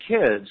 kids